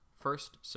First